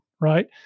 right